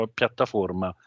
piattaforma